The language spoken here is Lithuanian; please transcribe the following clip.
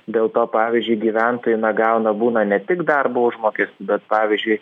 dėl to pavyzdžiui gyventojai na gauna būna ne tik darbo užmokestį bet pavyzdžiui